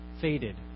faded